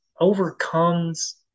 overcomes